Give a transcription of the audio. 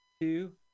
two